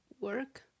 work